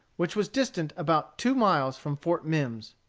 which was distant about two miles from fort mimms.